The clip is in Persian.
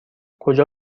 کجا